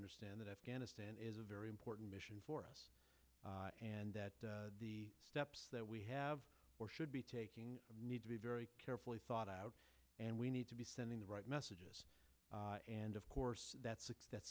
understand that afghanistan is a very important mission for us and that the steps that we have or should be taking need to be very carefully thought out and we need to be sending the right messages and of course that's that